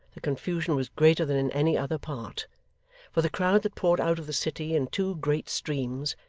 the confusion was greater than in any other part for the crowd that poured out of the city in two great streams,